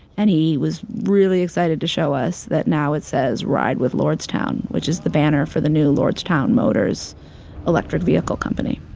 and he was really excited to show us that now it says, ride with lordstown, which is the banner for the new lordstown motors electric vehicle company.